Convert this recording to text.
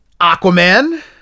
Aquaman